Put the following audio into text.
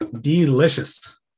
delicious